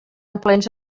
plens